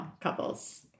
couples